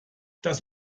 das